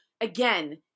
again